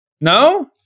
no